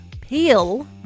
Peel